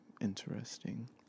interesting